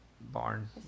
barn